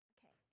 Okay